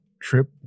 trip